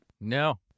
No